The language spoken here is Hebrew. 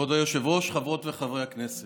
כבוד היושב-ראש, חברות וחברי הכנסת,